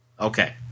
okay